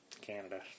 Canada